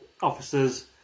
officers